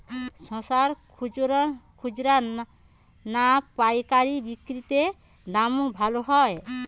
শশার খুচরা না পায়কারী বিক্রি তে দাম ভালো হয়?